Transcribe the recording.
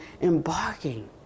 embarking